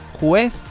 juez